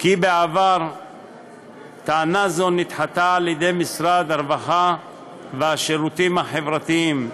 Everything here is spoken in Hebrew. כי בעבר טענה זו נדחתה על-ידי משרד הרווחה והשירותים החברתיים,